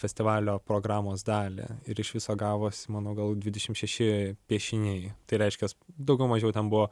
festivalio programos dalį ir iš viso gavosi manau gal dvidešim šeši piešiniai tai reiškias daugiau mažiau ten buvo